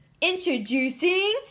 Introducing